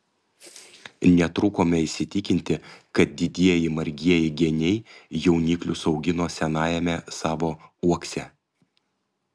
netrukome įsitikinti kad didieji margieji geniai jauniklius augino senajame savo uokse